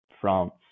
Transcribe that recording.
France